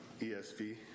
ESV